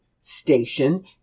station